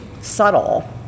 subtle